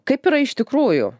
kaip yra iš tikrųjų